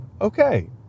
okay